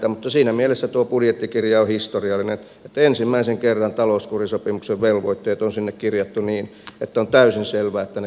mutta siinä mielessä tuo budjettikirja on historiallinen että ensimmäisen kerran talouskurisopimuksen velvoitteet on sinne kirjattu niin että on täysin selvää että ne koskevat myöskin suomea